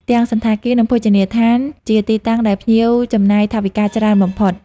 ទាំងសណ្ឋាគារ និងភោជនីយដ្ឋានជាទីតាំងដែលភ្ញៀវចំណាយថវិកាច្រើនបំផុត។